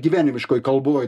gyvenimiškoj kalboj